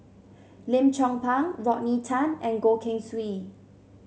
Lim Chong Pang Rodney Tan and Goh Keng Swee